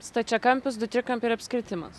stačiakampis du trikampiai ir apskritimas